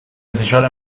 انتشار